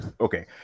okay